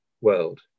world